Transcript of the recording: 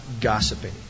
gossiping